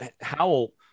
Howell